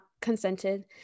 consented